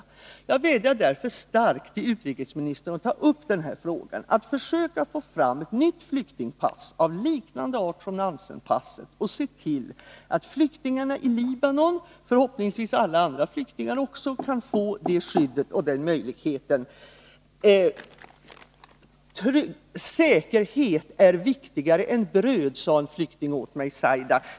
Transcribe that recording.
Jag vädjar starkt till utrikesministern att ta upp denna fråga; att försöka få till stånd ett nytt flyktingpass av liknande art som Nansen-passet och se till att flyktingarna i Libanon — och förhoppningsvis alla andra flyktingar också — kan få detta skydd och denna möjlighet. Säkerhet är viktigare än bröd, sade en flykting till mig i Saida.